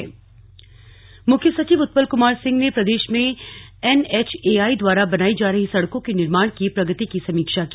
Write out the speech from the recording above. slug CS मुख्य सचिव उत्पल कुमार सिंह ने प्रदेश में एन एच ए आई द्वारा बनाई जा रही सड़कों के निर्माण की प्रगति की समीक्षा की